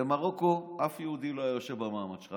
במרוקו אף יהודי לא היה יושב במעמד שלך,